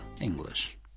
English